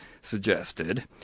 suggested